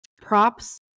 props